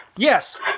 Yes